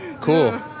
Cool